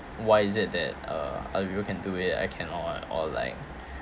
why is it that uh other people can do it I cannot or like